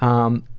i